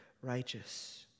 righteous